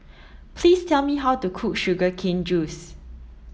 please tell me how to cook sugar cane juice